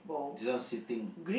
this one sitting